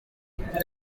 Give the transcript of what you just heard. build